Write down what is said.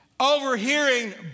Overhearing